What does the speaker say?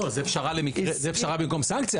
לא, זו פשרה במקום סנקציה.